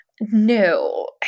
No